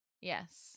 Yes